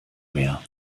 mehr